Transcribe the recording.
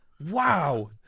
Wow